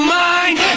mind